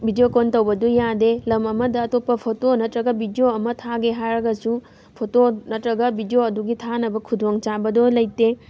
video call ꯇꯧꯕꯗꯨ ꯌꯥꯗꯦ ꯂꯝ ꯑꯃꯗ ꯑꯇꯣꯞꯄ ꯐꯣꯇꯣ ꯅꯠꯇꯔꯒ ꯕꯤꯗꯤꯑꯣ ꯑꯃ ꯊꯥꯒꯦ ꯍꯥꯏꯔꯒꯁꯨ ꯐꯣꯇꯣ ꯅꯠꯇ꯭ꯔꯒ ꯕꯤꯗꯤꯑꯣ ꯑꯗꯨꯒꯤ ꯊꯥꯅꯕ ꯈꯨꯗꯣꯡ ꯆꯥꯕꯗꯣ ꯂꯩꯇꯦ